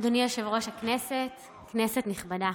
תרגומם: אדוני יושב-ראש הכנסת, כנסת נכבדה,